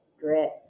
grit